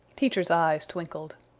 teacher's eyes twinkled.